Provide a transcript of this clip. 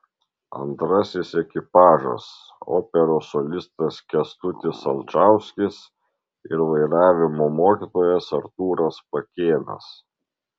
antrasis ekipažas operos solistas kęstutis alčauskis ir vairavimo mokytojas artūras pakėnas